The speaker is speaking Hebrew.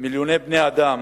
מיליוני בני-אדם